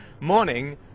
morning